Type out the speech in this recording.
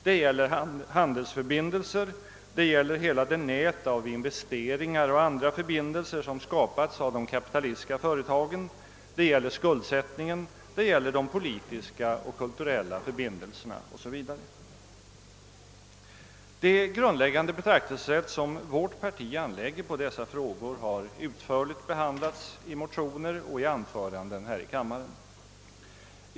Det gäller handelsförbindelser, det gäller hela det nät av investeringar och andra förbindelser som skapats av de kapitalistiska företagen, det gäller skuldsättningen, det Det grundläggande <betraktelsesätt som vårt parti anlägger på dessa frågor har utförligt behandlats i motioner och i anföranden här i kammaren.